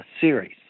series